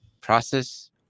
process